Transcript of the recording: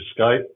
Skype